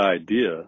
idea